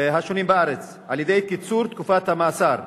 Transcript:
השונים בארץ על-ידי קיצור תקופת המאסר.